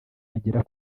agera